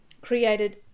created